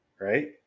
right